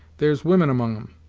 there's women among em.